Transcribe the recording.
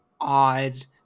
odd